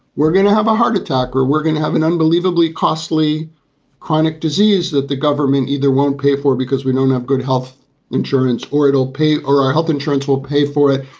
we're going to have a heart attack or we're going to have an unbelievably costly chronic disease that the government either won't pay for because we don't have good health insurance or it'll pay or our health insurance will pay for it.